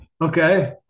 Okay